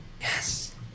Yes